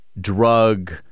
drug